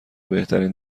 بهترین